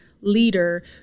leader